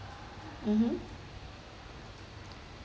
mmhmm